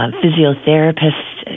physiotherapists